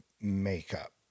makeup